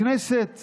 הכנסת